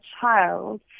child